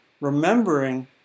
Remembering